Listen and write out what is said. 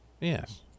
Yes